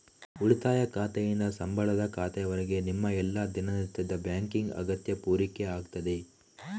ಉಳಿತಾಯ ಖಾತೆಯಿಂದ ಸಂಬಳದ ಖಾತೆಯವರೆಗೆ ನಿಮ್ಮ ಎಲ್ಲಾ ದಿನನಿತ್ಯದ ಬ್ಯಾಂಕಿಂಗ್ ಅಗತ್ಯ ಪೂರೈಕೆ ಆಗ್ತದೆ